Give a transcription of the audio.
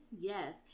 Yes